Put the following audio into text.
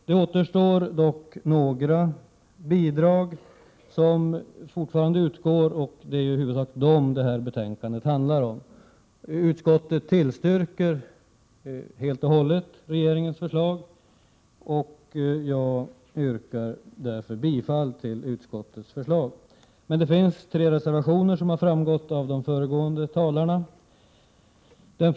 Det återstår dock några bidrag som fortfarande utgår, och det är i huvudsak dem som detta betänkande handlar om. Utskottet tillstyrker helt och hållet regeringens förslag, och jag yrkar bifall till utskottets hemställan. Det finns emellertid tre reservationer, vilket har framgått av de föregående talarnas inlägg.